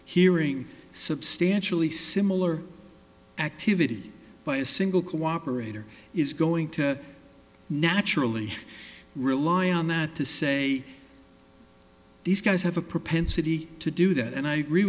hearing substantially similar activity by a single cooperator is going to naturally rely on that to say these guys have a propensity to do that and i agree